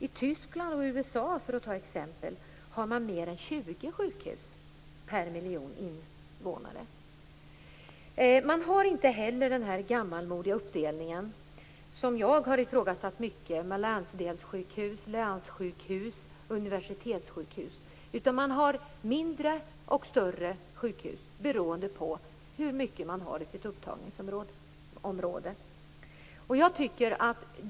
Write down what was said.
I Tyskland och USA, för att ta ett par exempel, finns det mer än 20 sjukhus per miljon invånare. Inte heller har man den gammalmodiga uppdelning som jag mycket har ifrågasatt, dvs. med länsdelssjukhus, länssjukhus och universitetssjukhus. I stället har man mindre och större sjukhus, beroende på hur mycket upptagningsområdet omfattar.